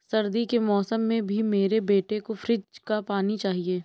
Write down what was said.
सर्दी के मौसम में भी मेरे बेटे को फ्रिज का पानी चाहिए